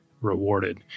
rewarded